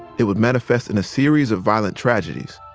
it would manifest in a series of violent tragedies